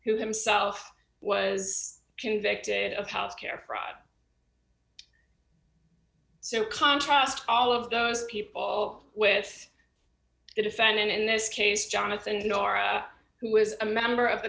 who himself was convicted of health care fraud so contrast all of those people with the defendant in this case jonathan who was a member of the